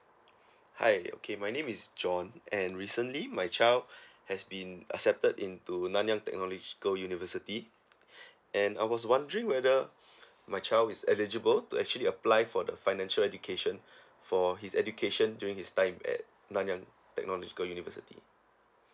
hi okay my name is john and recently my child has been accepted into nanyang technological university and I was wondering whether my child is eligible to actually apply for the financial education for his education during his time at nanyang technological university